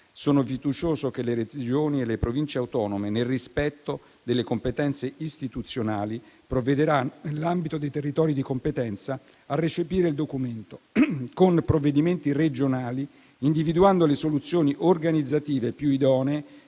Sono fiducioso che le Regioni e le Province autonome, nel rispetto delle competenze istituzionali, provvederanno a recepire il documento nell'ambito dei territori di competenza con provvedimenti regionali, individuando le soluzioni organizzative più idonee